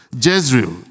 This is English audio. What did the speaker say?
Jezreel